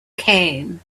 came